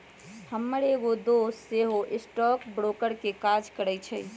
हमर एगो दोस सेहो स्टॉक ब्रोकर के काज करइ छइ